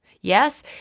Yes